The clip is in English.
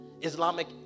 Islamic